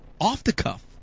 off-the-cuff